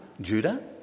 Judah